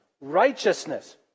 righteousness